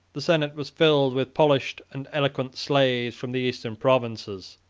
the senate was filled with polished and eloquent slaves from the eastern provinces,